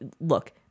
look